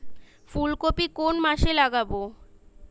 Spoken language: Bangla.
ফুলকপি কোন মাসে লাগাবো?